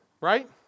Right